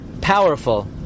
powerful